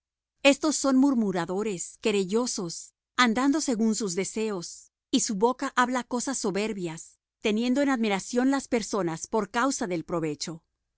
estos son murmuradores querellosos andando según sus deseos y su boca habla cosas soberbias teniendo en admiración las personas por causa del provecho